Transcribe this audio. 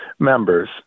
members